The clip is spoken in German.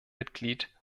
mitglied